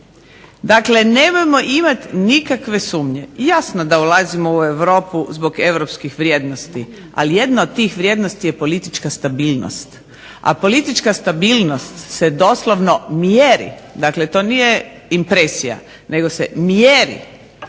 Dakle, nemojmo imati nikakve sumnje. Jasno da ulazimo u Europu zbog europskih vrijednosti, ali jedna od tih vrijednosti je politička stabilnost, a politička stabilnost se doslovno mjeri. Dakle, to nije impresija, nego se mjeri